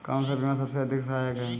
कौन सा बीमा सबसे अधिक सहायक है?